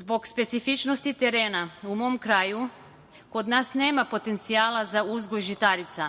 Zbog specifičnosti terena u mom kraju kod nas nema potencijala za uzgoj žitarica,